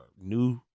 new